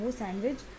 sandwich